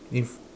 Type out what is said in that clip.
in